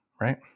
right